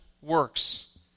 works